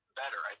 better